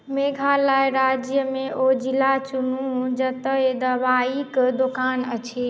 मेघालय राज्यमे ओ जिला चुनू जतय दवाइक दोकान अछि